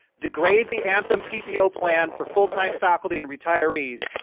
degrade the anthem ppo plan for fulltime faculty and retirees,